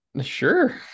Sure